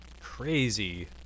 crazy